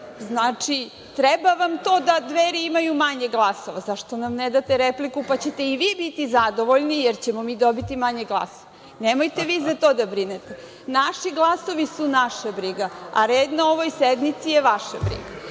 Znači, treba vam to da Dveri imaju manje glasova. Zašto nam ne date repliku, pa ćete i vi biti zadovoljni, jer ćemo mi dobiti manje glasova? Nemojte vi za to da brinete. Naši glasovi su naša briga, a red na ovoj sednici je vaša briga.